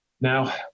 Now